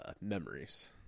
memories